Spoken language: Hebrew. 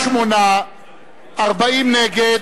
שמונה בעד, 40 נגד,